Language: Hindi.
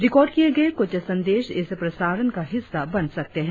रिकॉर्ड किए गए कुछ संदेश इस प्रसारण का हिस्सा बन सकते हैं